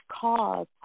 cause